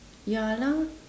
ya lah